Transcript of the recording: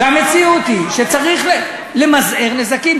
והמציאות היא שצריך למזער נזקים.